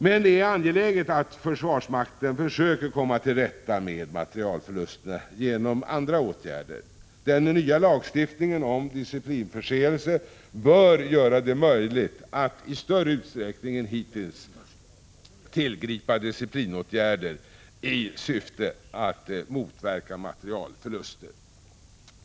Men det är angeläget att försvarsmakten försöker komma till rätta med materielförlusterna genom andra åtgärder. Den nya lagstiftningen om disciplinförseelse bör göra det möjligt att i större utsträckning än hittills tillgripa disciplinåtgärder i syfte att motverka materielförluster.